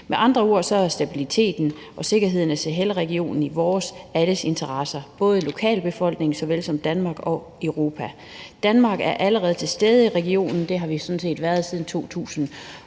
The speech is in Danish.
stabiliteten og sikkerheden i Sahelregionen i vores alles interesse, såvel lokalbefolkningens som Danmarks og Europas interesser. Danmark er allerede til stede i regionen – det har